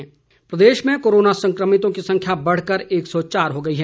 corona update प्रदेश में corona संक्रमितों की संख्या बढ़कर एक सौ चार हो गई है